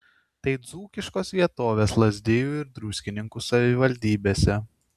tai dzūkiškos vietovės lazdijų ir druskininkų savivaldybėse